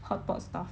hot pot stuff